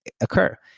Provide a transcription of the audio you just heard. occur